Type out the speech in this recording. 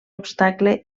obstacle